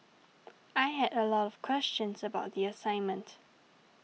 I had a lot of questions about the assignment